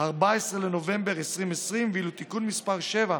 14 בנובמבר 2020, ואילו תיקון מס' 7,